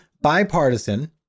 bipartisan